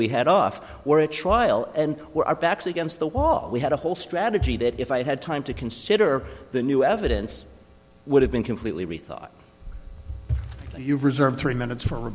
we had off were a trial and were our backs against the wall we had a whole strategy that if i had time to consider the new evidence would have been completely rethought you reserve three minutes for